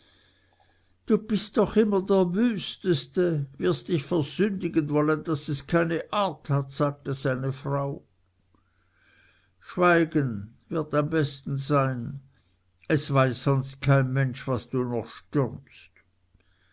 du bist doch immer der wüsteste wirst dich versündigen wollen daß es keine art hat sagte seine frau schweigen wird am besten sein es weiß sonst kein mensch was du noch stürmst